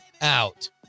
out